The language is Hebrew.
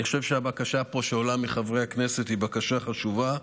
אני חושב שהבקשה שעולה מחברי הכנסת היא בקשה חשובה,